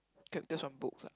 kept this from books ah